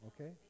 okay